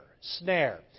Snare